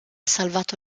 salvato